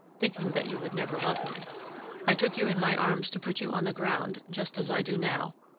thinking that you would never love me i took you in my arms to put you on the ground just as i do now,